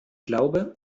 glaube